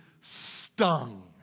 stung